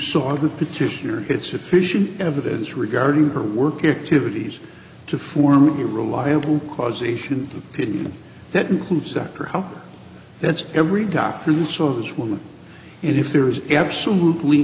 saw the petitioner get sufficient evidence regarding her work activities to form a reliable causation opinion that includes dr how that's every doctor who saw this woman and if there is absolutely